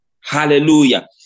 Hallelujah